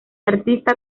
artista